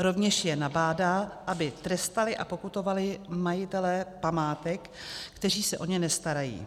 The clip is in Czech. Rovněž je nabádá, aby trestali a pokutovali majitele památek, kteří se o ně nestarají.